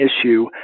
issue